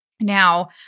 Now